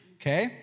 Okay